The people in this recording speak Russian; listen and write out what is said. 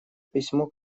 письмо